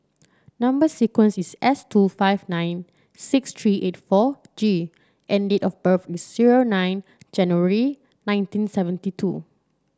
number sequence is S two five nine six three eight four G and date of birth is zero nine January nineteen seventy two